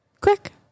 Quick